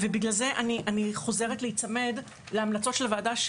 בגלל זה אני חוזרת להיצמד להמלצות של הוועדה,